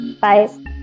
Bye